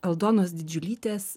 aldonos didžiulytės